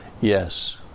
Yes